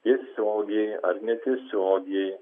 tiesiogiai ar netiesiogiai